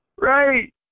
right